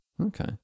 Okay